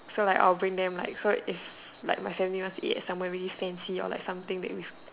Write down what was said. so like I'll bring them like so if like my family wants to eat at somewhere really fancy or like something that with